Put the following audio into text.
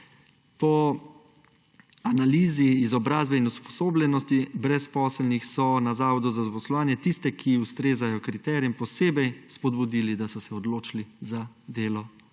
Po analizi izobrazbe in usposobljenosti brezposelnih so na Zavodu za zaposlovanju tiste, ki ustrezajo kriterijem, posebej spodbudili, da so se odločili za delo